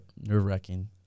nerve-wracking